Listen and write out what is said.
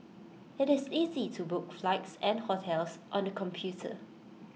IT is easy to book flights and hotels on the computer